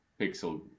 pixel